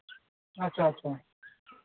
ᱟᱪᱪᱷᱟ ᱟᱪᱪᱷᱟ